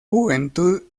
juventud